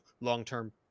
long-term